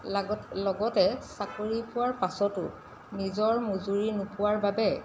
লাগ লগতে চাকৰি পোৱাৰ পাছতো নিজৰ মজুৰি নোপোৱাৰ বাবে